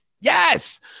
yes